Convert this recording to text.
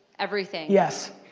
everything. yes.